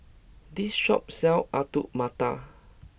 this shop sells Alu Matar